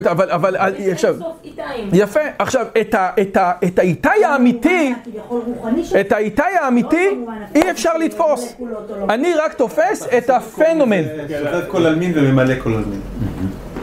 אבל עכשיו, יפה, עכשיו את האיתי, את האיתי האמיתי, האמיתי אי אפשר לתפוס, אני רק תופס את הפנומן.